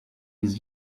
his